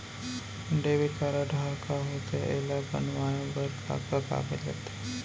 Debit card ह का होथे एला बनवाए बर का का कागज लगथे?